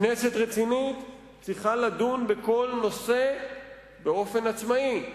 כנסת רצינית צריכה לדון בכל נושא באופן עצמאי,